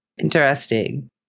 Interesting